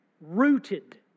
Rooted